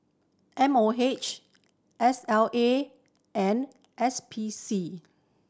M O H S L A and S P C